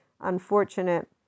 unfortunate